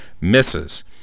misses